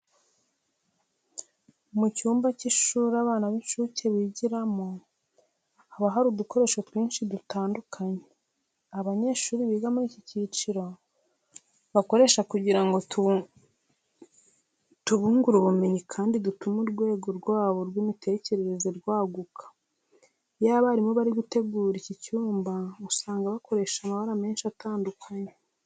Mu cyumba cy'ishuri abana b'incuke bigiramo haba hari udukoresho twinshi dutandukanye, abanyeshuri biga muri iki cyiciro bakoresha kugira ngo tubungure ubumenyi kandi dutume urwego rwabo rw'imitekerereze rwaguka. Iyo abarimu bari gutegura iki cyumba usanga bakoresha amabara menshi atandukanye.